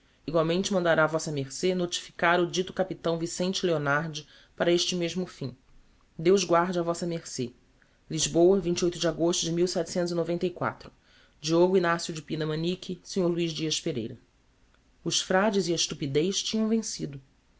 igualmente mandará vm ce notificar o dito capitão vicente leonardi para este mesmo fim deus guarde a vm ce lisboa de agosto de diogo ign eo de pina manique snr luiz dias pereira os frades e a estupidez